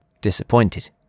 disappointed